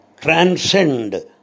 transcend